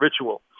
ritual